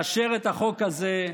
לאשר את החוק הזה.